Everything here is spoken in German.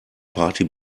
party